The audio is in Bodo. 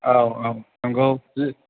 औ औ नंगौ जे